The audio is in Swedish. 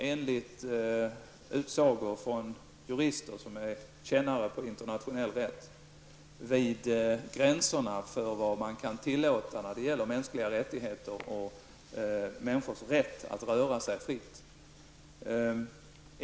Enligt utsagor från jurister som är experter på internationell rätt snuddar vi redan nu vid gränserna för vad som kan tillåtas när det gäller mänskliga rättigheter och människors rätt att röra sig fritt.